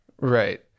Right